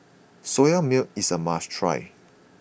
soya milk is a must try